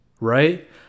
right